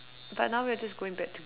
but now we are just going back to